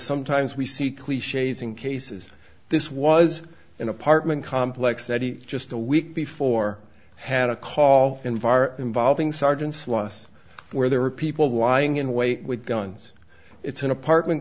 sometimes we see cliches in cases this was an apartment complex that he just a week before had a call environ valving sergeant's loss where there were people lying in wait with guns it's an apartment